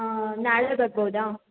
ಹಾಂ ನಾಳೆ ಬರಬೋದಾ